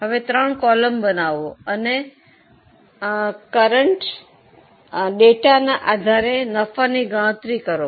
હવે ત્રણ કૉલમ બનાવો અને વર્તમાન આંકડાના આધારે નફાની ગણતરી કરો